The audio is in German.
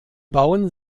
bauen